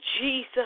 Jesus